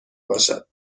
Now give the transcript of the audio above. باشد